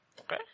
Okay